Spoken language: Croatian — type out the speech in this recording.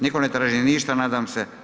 Nitko ne traži ništa, nadam se.